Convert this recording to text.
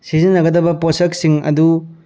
ꯁꯤꯖꯤꯟꯅꯒꯗꯕ ꯄꯣꯠꯁꯛꯁꯤꯡ ꯑꯗꯨ